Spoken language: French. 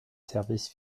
services